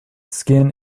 skin